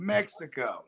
Mexico